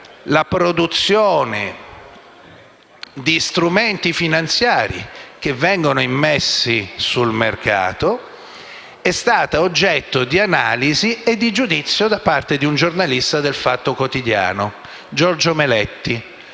la produzione di strumenti finanziari che vengono immessi sul mercato è stata oggetto di analisi e di giudizio da parte di un giornalista de «Il Fatto Quotidiano», Giorgio Meletti.